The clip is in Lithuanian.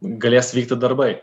galės vykti darbai